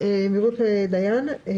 דיין מדר.